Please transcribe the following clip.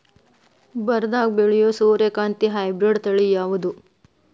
ಬರದಾಗ ಬೆಳೆಯೋ ಸೂರ್ಯಕಾಂತಿ ಹೈಬ್ರಿಡ್ ತಳಿ ಯಾವುದು?